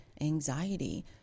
anxiety